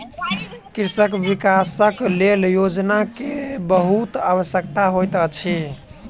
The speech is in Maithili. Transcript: कृषि विकासक लेल योजना के बहुत आवश्यकता होइत अछि